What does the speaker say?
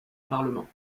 parlement